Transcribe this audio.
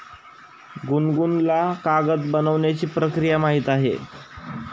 गुनगुनला कागद बनवण्याची प्रक्रिया माहीत आहे